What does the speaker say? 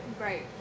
Right